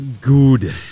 Good